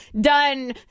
done